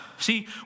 See